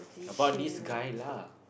about this guy lah